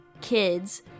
kids